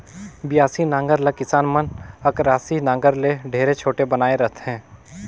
बियासी नांगर ल किसान मन अकरासी नागर ले ढेरे छोटे बनाए रहथे